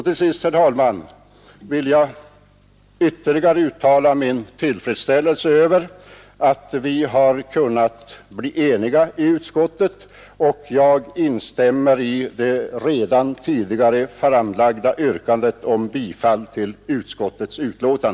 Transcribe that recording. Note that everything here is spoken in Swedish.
Till sist, herr talman, vill jag ytterligare understryka min tillfredsställelse över att vi i utskottet har kunnat bli eniga. Jag instämmer i det redan tidigare framställda yrkandet om bifall till utskottets hemställan.